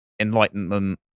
Enlightenment